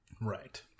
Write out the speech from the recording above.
Right